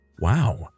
wow